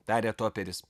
tarė toperis